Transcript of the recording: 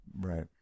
Right